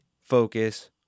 focus